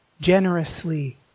generously